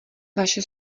vaše